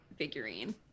figurine